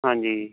ਹਾਂਜੀ